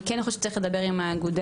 אני כן חושבת שצריך לדבר עם האגודה